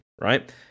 right